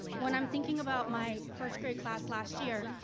when i'm thinking about my first grade class last year,